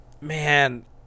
man